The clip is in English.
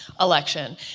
election